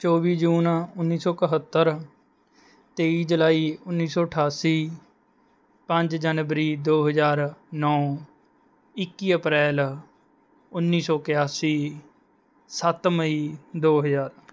ਚੌਵੀ ਜੂਨ ਉੱਨੀ ਸੌ ਇਕਹੱਤਰ ਤੇਈ ਜੁਲਾਈ ਉੱਨੀ ਸੌ ਅਠਾਸੀ ਪੰਜ ਜਨਵਰੀ ਦੋ ਹਜ਼ਾਰ ਨੌ ਇੱਕੀ ਅਪ੍ਰੈਲ ਉੱਨੀ ਸੌ ਇਕਿਆਸੀ ਸੱਤ ਮਈ ਦੋ ਹਜ਼ਾਰ